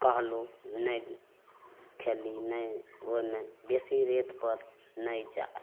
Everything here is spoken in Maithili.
कहलहुँ नहि खेली नहि ओ नहि बेसी रेतपर नहि जा